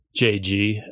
jg